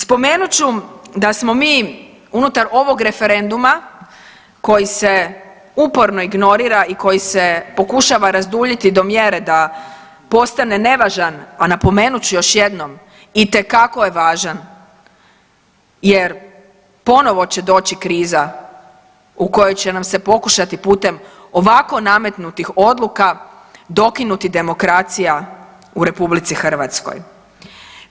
Spomenut ću da smo mi unutar ovog referenduma koji se uporno ignorira i koji se pokušava razduljiti do mjere da postane nevažan, a napomenut ću još jednom itekako je važan jer ponovo će doći kriza u kojoj će nam se pokušati putem ovako nametnutih odluka dokinuti demokracija u Republici Hrvatskoj.